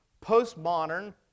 post-modern